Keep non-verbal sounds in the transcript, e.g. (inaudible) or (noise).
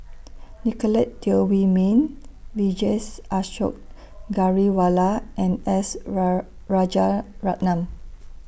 Nicolette Teo Wei Min Vijesh Ashok Ghariwala and S (unintelligible) Rajaratnam